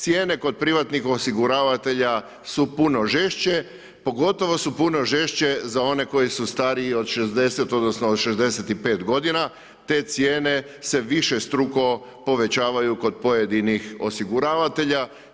Cijene kod privatnih osiguravatelja su puno žešće, pogotovo su puno žešće za one koji su stariji od 60 odnosno od 65 godina, te cijene se višestruko povećavaju kod pojedinih osiguravatelja.